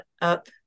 up